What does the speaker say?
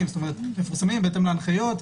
מפורסמים בהתאם להנחיות.